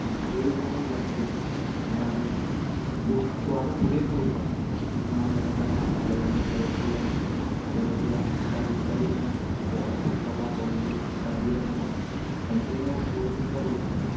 সেইসমূহ বস্তু আমাৰ দৈ খুব খোৱাটো খুবেই প্ৰয়োজন কিছুমান যেনেকৈ আমাৰ আইৰন কেলছিয়েম কেলছিয়াম ইত্যাদি ইত্যাদিসমূহ প পচলা কলডিল ইত্যাদিয়ে মানে সম্পূৰ্ণ পৰিপূৰ্ণ কৰি থাকে